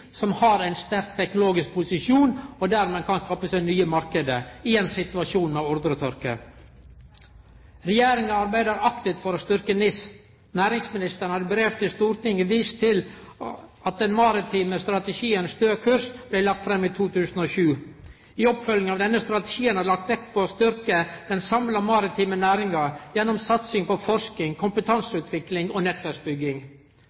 som har ein sterk teknologisk posisjon, og dermed kan skaffe seg nye marknader i ein situasjon med ordretørke. Regjeringa arbeider aktivt for å styrkje NIS. Næringsministeren har i brev til Stortinget vist til den maritime strategien Stø kurs, som blei lagd fram i 2007. I oppfølginga av denne strategien er det lagt vekt på å styrkje den samla maritime næringa, gjennom satsing på forsking,